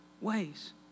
ways